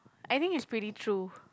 I think it's pretty true